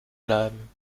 bleiben